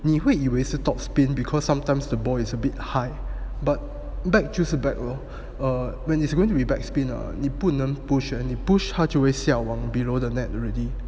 你会以为是 top spin because sometimes the ball is a bit high but back 就是 back lor err when it's going to be back spin eh 你不能 push 你 push leh 他就会下网 below the net already